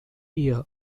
year